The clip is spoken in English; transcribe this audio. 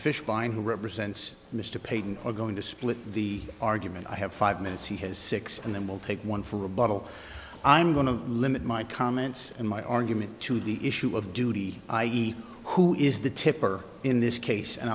fishbein who represents mr peyton are going to split the argument i have five minutes he has six and then we'll take one for rebuttal i'm going to limit my comments and my argument to the issue of duty i e who is the tipper in this case and